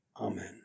Amen